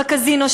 בקזינו,